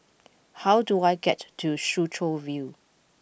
how do I get to Soo Chow View